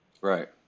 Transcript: Right